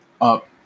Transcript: up